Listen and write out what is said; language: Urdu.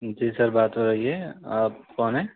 جی سر بات ہو رہی ہے آپ کون ہیں